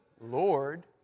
Lord